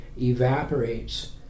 evaporates